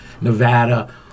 Nevada